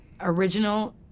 Original